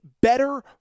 better